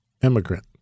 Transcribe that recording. immigrant